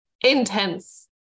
intense